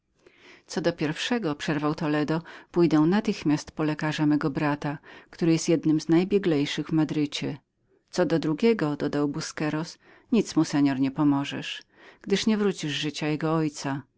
co do pierwszego przerwał toledo pójdę natychmiast po lekarza mego brata który jest jednym z najbieglejszych w madrycie co drugiego dodał busqueros nic mu seor nie pomożesz gdyż nie wrócisz życia jego ojcu